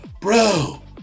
bro